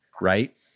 right